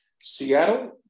Seattle